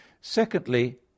Secondly